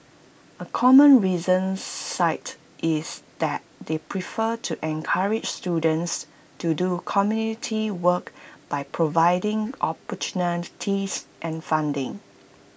A common reason cited is that they prefer to encourage students to do community work by providing opportunities and funding